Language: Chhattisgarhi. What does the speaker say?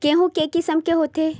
गेहूं के किसम के होथे?